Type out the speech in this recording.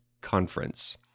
Conference